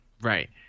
Right